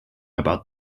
about